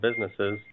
businesses